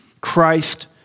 Christ